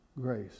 grace